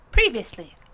Previously